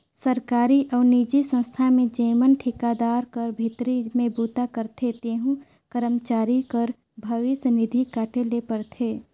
सरकारी अउ निजी संस्था में जेमन ठिकादार कर भीतरी में बूता करथे तेहू करमचारी कर भविस निधि काटे ले परथे